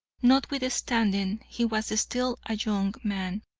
notwithstanding he was still a young man,